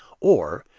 or,